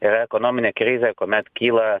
yra ekonominė krizė kuomet kyla